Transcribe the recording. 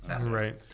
right